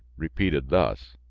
repeated thus,